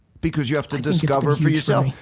because you have to discover for yourself.